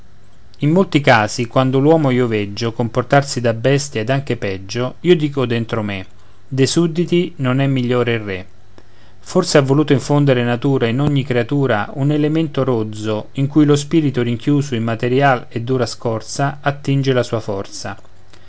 in molti casi quando l'uomo io veggio comportarsi da bestia ed anche peggio io dico dentro me dei sudditi non è migliore il re forse ha voluto infondere natura in ogni creatura un elemento rozzo in cui lo spirito rinchiuso in material e dura scorza attinge la sua forza